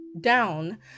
Down